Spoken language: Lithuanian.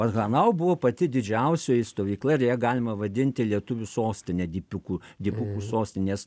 hanau buvo pati didžiausioji stovykla ir ją galima vadinti lietuvių sostine dipikų dipukų sostinės